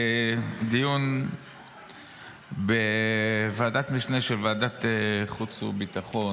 הבוקר בדיון בוועדת משנה של ועדת החוץ והביטחון